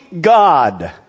God